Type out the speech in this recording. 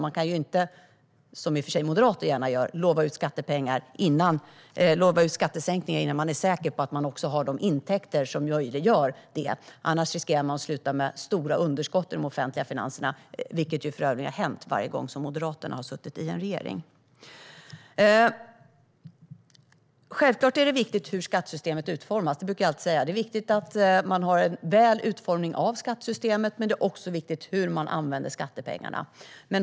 Man kan inte, som i och för sig moderater gärna gör, utlova skattesänkningar innan man är säker på att man har de intäkter som möjliggör det. Annars riskerar man att det slutar med stora underskott i de offentliga finanserna, vilket för övrigt har hänt varje gång Moderaterna har suttit i en regering. Självklart är det viktigt hur skattesystemet utformas. Det brukar jag alltid säga. Det är viktigt att man har en god utformning av skattesystemet. Men det är också viktigt hur man använder skattepengarna.